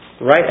right